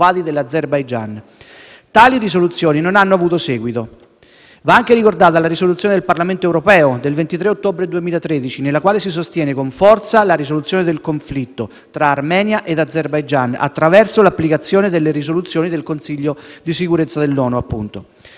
Tali risoluzioni non hanno avuto seguito. Va anche ricordata la risoluzione del Parlamento europeo del 23 ottobre 2013, nella quale si sostiene con forza la risoluzione del conflitto tra Armenia e Azerbaijan attraverso l'applicazione delle risoluzioni del Consiglio di sicurezza delle